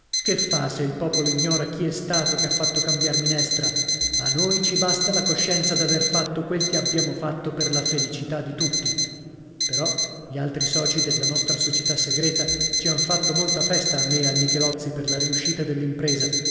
che fa se il popolo ignora chi è stato che ha fatto cambiar minestra a noi ci basta la coscienza d'aver fatto quel che abbiamo fatto per la felicità di tutti però gli altri soci della nostra società segreta ci han fatto molta festa a me e al michelozzi per la riuscita